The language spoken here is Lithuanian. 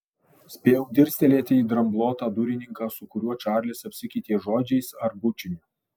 spėjau dirstelėti į dramblotą durininką su kuriuo čarlis apsikeitė žodžiais ar bučiniu